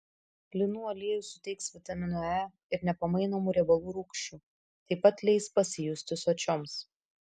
linų aliejus suteiks vitamino e ir nepamainomų riebalų rūgščių taip pat leis pasijusti sočioms